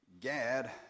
Gad